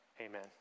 Amen